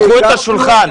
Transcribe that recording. תהפכו את השולחן.